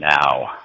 now